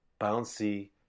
bouncy